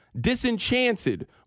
disenchanted